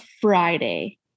Friday